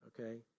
okay